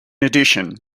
addition